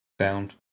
Sound